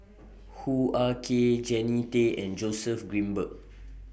Hoo Ah Kay Jannie Tay and Joseph Grimberg